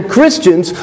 Christians